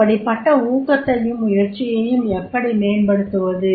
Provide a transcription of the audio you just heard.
அப்படிப்பட்ட ஊக்கத்தையும் முயற்சியையும் எப்படி மேம்படுத்துவது